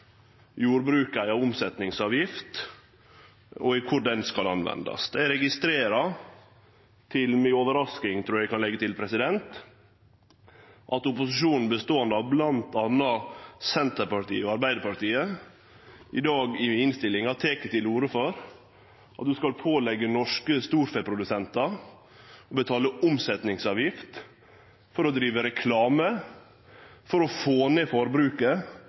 jordbruket ei omsetningsavgift og korleis ho skal nyttast. Eg registrerer – til mi overrasking, trur eg at eg kan leggje til – at opposisjonen, beståande av bl.a. Senterpartiet og Arbeidarpartiet, i innstillinga tek til orde for at ein skal påleggje norske storfeprodusentar å betale omsetningsavgift for å drive reklame for å få ned forbruket